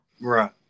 right